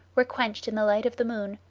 were quenched in the light of the moon,